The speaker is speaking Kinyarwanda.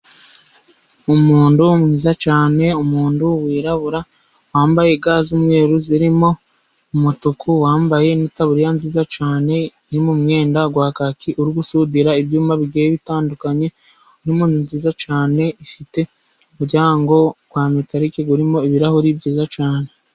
Umuntu mwiza cyane, umuntu wirabura wambaye ga z'umweru zirimo umutuku, wambaye n'itaburiya nziza cyane, iri mu mwenda wa kaki, uri gusudira ibyuma bitandukanye, ni nziza cyane, ifite umuryango wa metarike urimo ibirahuri byiza cyane.